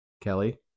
Kelly